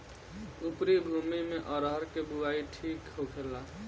उपरी भूमी में अरहर के बुआई ठीक होखेला?